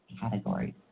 categories